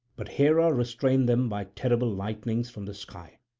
but hera restrained them by terrible lightnings from the sky.